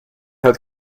hat